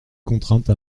contrainte